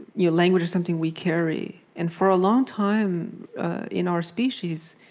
you know language is something we carry. and for a long time in our species,